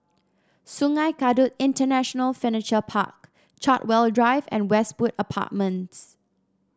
Sungei Kadut International Furniture Park Chartwell Drive and Westwood Apartments